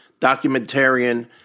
documentarian